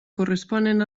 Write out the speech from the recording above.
corresponen